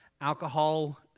alcohol